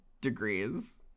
degrees